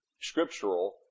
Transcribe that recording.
scriptural